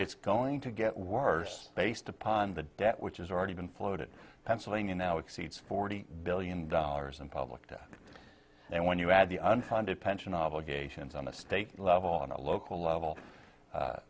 it's going to get worse based upon the debt which is already been floated pennsylvania now exceeds forty billion dollars in public debt and when you add the underfunded pension obligations on the state level on a local level